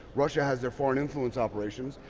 russia has their foreign influence operations.